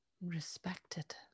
respected